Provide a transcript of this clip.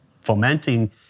fomenting